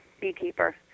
beekeeper